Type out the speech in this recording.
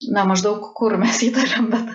na maždaug kur mes įtariam bet